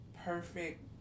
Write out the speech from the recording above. perfect